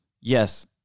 yes